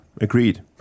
agreed